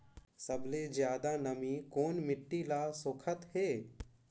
सबले ज्यादा नमी कोन मिट्टी ल सोखत हे?